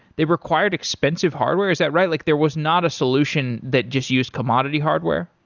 they required expensive hardware, is that right? like there was not a solution that just used commodity hardware?